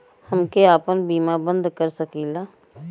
हमके आपन बीमा बन्द कर सकीला?